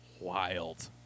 wild